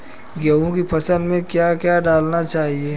गेहूँ की फसल में क्या क्या डालना चाहिए?